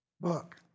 book